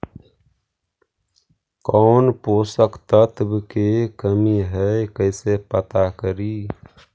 कौन पोषक तत्ब के कमी है कैसे पता करि?